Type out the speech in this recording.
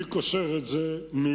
אני קושר את זה מייד